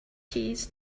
keys